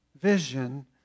vision